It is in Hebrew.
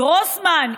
גרוסמן,